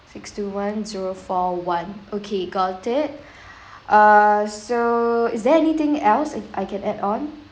six two one zero four one okay got it uh so is there anything else I can add on